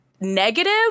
negative